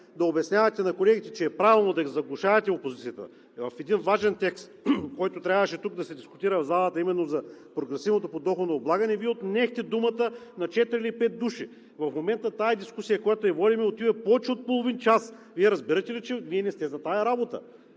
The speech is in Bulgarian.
да обяснявате на колегите, че е правилно да заглушавате опозицията в един важен текст, който трябваше тук да се дискутира в залата – именно за прогресивното подоходно облагане, Вие отнехте думата на четири или пет души. В момента тази дискусия, която водим, отиде повече от половин час. Вие разбирате ли, че не сте за тази работа?